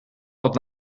dat